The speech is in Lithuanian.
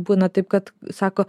būna taip kad sako